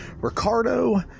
Ricardo